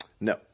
No